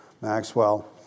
Maxwell